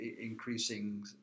increasing